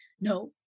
No